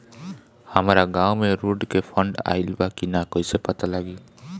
हमरा गांव मे रोड के फन्ड आइल बा कि ना कैसे पता लागि?